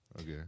okay